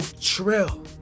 trill